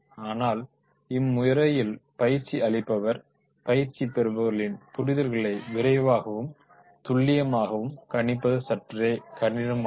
ஆனால் இம்முறையில் பயிற்சி அளிப்பவர் பயிற்சி பெறுபவர்களின் புரிதல்களை விரைவாகவும் துல்லியமாகவும் கணிப்பது சற்றே கடினமானது